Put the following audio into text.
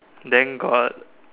then got